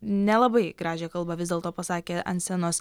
nelabai gražią kalbą vis dėlto pasakė ant scenos